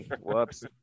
Whoops